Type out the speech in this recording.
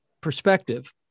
perspective